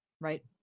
right